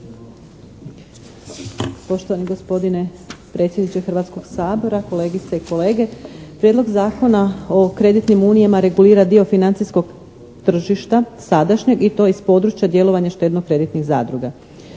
Poštovani gospodine predsjedniče Hrvatskog sabora, kolegice i kolege! Prijedlog zakona o kreditnim unijama regulira dio financijskog tržišta sadašnjeg i to iz područja djelovanja štedno-kreditnih zadruga.